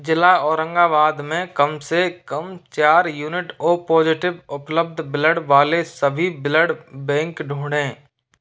जिला औरंगाबाद में कम से कम चार यूनिट ओ पोजिटिव उपलब्ध ब्लड वाले सभी ब्लड बैंक ढूँढें